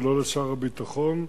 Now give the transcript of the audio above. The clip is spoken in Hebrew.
ולא לשר הביטחון.